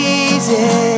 easy